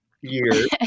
years